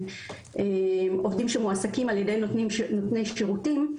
עובדים שמועסקים ע"י נותני שירותים,